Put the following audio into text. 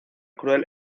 cruel